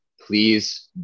Please